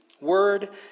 Word